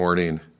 Morning